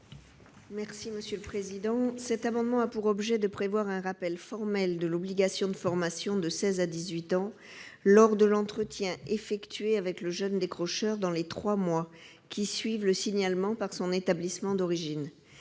Françoise Laborde. Cet amendement a pour objet de prévoir un rappel formel de l'obligation de formation de 16 ans à 18 ans lors de l'entretien effectué avec le jeune décrocheur dans les trois mois qui suivent le signalement par son établissement d'origine.